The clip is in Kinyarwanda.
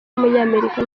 w’umunyamerika